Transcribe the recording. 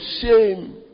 shame